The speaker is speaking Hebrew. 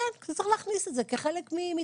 כן, צריך להכניס את זה כחלק מתחבורה.